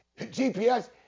GPS